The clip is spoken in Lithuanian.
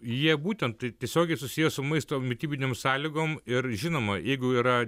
jie būtent tiesiogiai susiję su maisto mitybinėm sąlygom ir žinoma jeigu yra